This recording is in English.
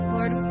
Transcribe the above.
Lord